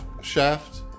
shaft